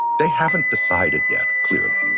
they haven't decided yet, clearly.